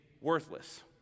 Worthless